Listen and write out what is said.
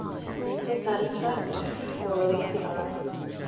and when you feel satisfied, we'll release the arms.